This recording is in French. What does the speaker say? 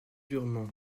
durement